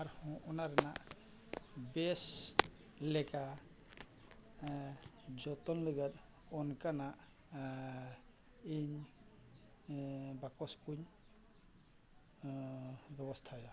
ᱟᱨᱦᱚᱸ ᱚᱱᱟ ᱨᱮᱱᱟᱜ ᱵᱮᱥ ᱞᱮᱠᱟ ᱡᱚᱛᱚᱱ ᱞᱟᱹᱜᱤᱫ ᱚᱱᱠᱟᱱᱟᱜ ᱤᱧ ᱵᱟᱠᱚᱥ ᱠᱩᱧ ᱵᱮᱵᱚᱥᱛᱷᱟᱭᱟ